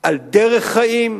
על דרך חיים,